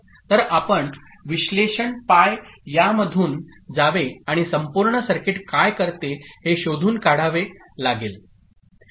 तर आपण विश्लेषण पाय यांमधून जावे आणि संपूर्ण सर्किट काय करते हे शोधून काढावे लागेल